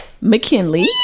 McKinley